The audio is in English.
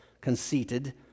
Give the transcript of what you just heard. conceited